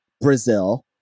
Brazil